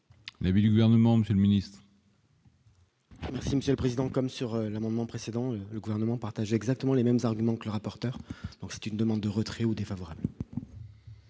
Mais du gouvernement Monsieur le Ministre. Monsieur président comme sur l'amendement précédent le gouvernement partage exactement les mêmes arguments que le rapporteur, donc c'est une demande de retrait ou défavorables.